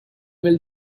will